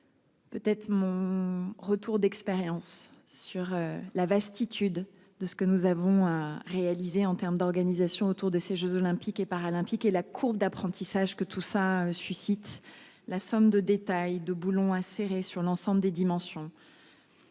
Peut-être mon retour d'expérience sur la vaste Titudes de ce que nous avons réalisé en terme d'organisation autour de ces Jeux olympiques et paralympiques et la courbe d'apprentissage que tout ça suscite la somme de détails de boulons à serrer sur l'ensemble des dimensions.